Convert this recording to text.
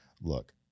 look